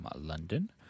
London